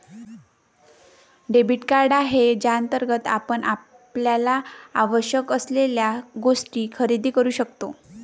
debit card आहे ज्याअंतर्गत आपण आपल्याला आवश्यक असलेल्या गोष्टी खरेदी करू शकतो